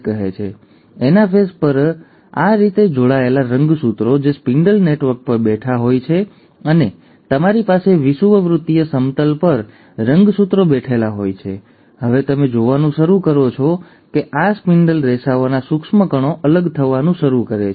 હવે એનાફેઝ પર જ આ જોડાયેલા રંગસૂત્રો જે સ્પિન્ડલ નેટવર્ક પર બેઠા હોય છે અને તમારી પાસે વિષુવવૃત્તીય સમતલ પર રંગસૂત્રો બેઠેલા હોય છે હવે તમે જોવાનું શરૂ કરો છો કે આ સ્પિન્ડલ રેસાઓના સૂક્ષ્મકણો અલગ થવાનું શરૂ કરે છે